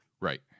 Right